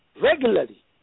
regularly